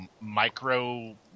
micro